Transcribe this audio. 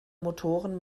motoren